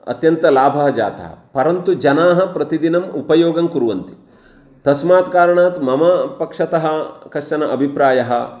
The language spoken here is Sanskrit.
अत्यन्तलाभः जातः परन्तु जनाः प्रतिदिनम् उपयोगं कुर्वन्ति तस्मात् कारणात् मम पक्षतः कश्चन अभिप्रायः